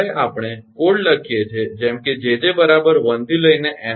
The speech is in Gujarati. જ્યારે આપણે કોડ લખીએ છીએ જેમ કે 𝑗𝑗 1 𝐿𝑁 માટે